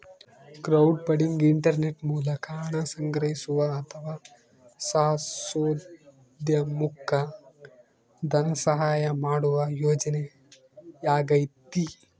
crowdfunding internet ಮೂಲಕ ಹಣ ಸಂಗ್ರಹಿಸುವ ಅಥವಾ ಸಾಹಸೋದ್ಯಮುಕ್ಕ ಧನಸಹಾಯ ಮಾಡುವ ಯೋಜನೆಯಾಗೈತಿ